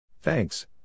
Thanks